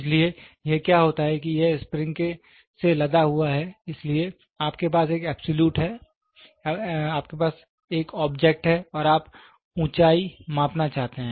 इसलिए क्या होता है कि यह स्प्रिंग से लदा हुआ है इसलिए आपके पास एक ऑब्जेक्ट है और आप ऊंचाई मापना चाहते हैं